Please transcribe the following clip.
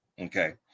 okay